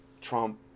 Trump